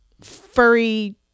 furry